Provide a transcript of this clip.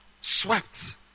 swept